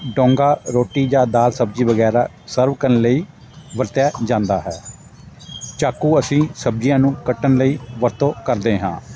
ਡੋਂਗਾ ਰੋਟੀ ਜਾਂ ਦਾਲ ਸਬਜ਼ੀ ਵਗੈਰਾ ਸਰਵ ਕਰਨ ਲਈ ਵਰਤਿਆ ਜਾਂਦਾ ਹੈ ਚਾਕੂ ਅਸੀਂ ਸਬਜ਼ੀਆਂ ਨੂੰ ਕੱਟਣ ਲਈ ਵਰਤੋਂ ਕਰਦੇ ਹਾਂ